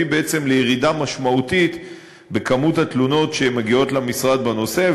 הביא בעצם לירידה משמעותית בהיקף התלונות שמגיעות למשרד בנושא,